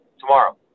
tomorrow